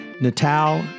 Natal